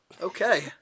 okay